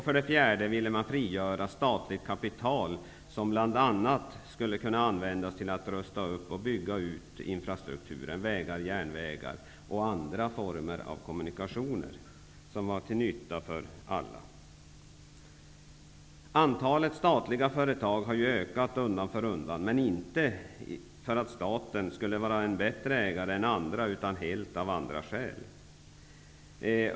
För det fjärde vill regeringen frigöra statligt kapital, som bl.a. skall användas till att rusta upp och bygga ut infrastrukturen, dvs. vägar, järnvägar och andra former av kommunikationer till nytta för alla. Antalet statliga företag har ökat undan för undan, men inte för att staten i sig skulle vara en bättre ägare än andra utan av helt andra skäl.